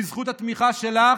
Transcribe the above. בזכות התמיכה שלך,